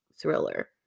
thriller